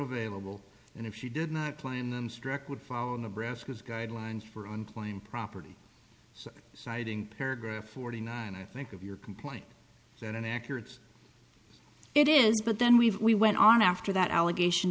available and if she did not claim them struck would follow nebraska's guidelines for unclaimed property so citing paragraph forty nine i think of your complaint then an accurate it is but then we went on after that allegation